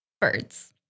birds